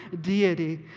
deity